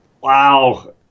Wow